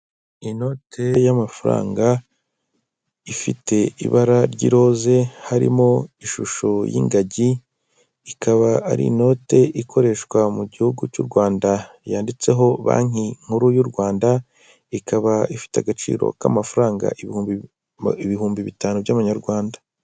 Inote y'amafaranga ifite ibara ry'iroze harimo ishusho y'ingagi, ikaba ari inote ikoreshwa mu gihugu cy'u Rwanda yanditseho banki nkuru y'u Rwanda, ikaba ifite agaciro k'amafaranga ibihumbi ibihumbi bitanu by'amanyarwanda.